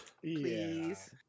Please